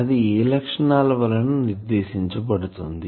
అది ఏ లక్షణాల వలన నిర్దేశించబడుతుంది